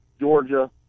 Georgia